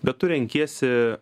bet tu renkiesi